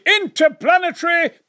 Interplanetary